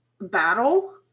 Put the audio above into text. battle